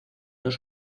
dos